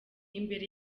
imbere